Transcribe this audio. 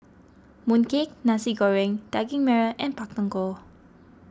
Mooncake Nasi Goreng Daging Merah and Pak Thong Ko